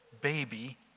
baby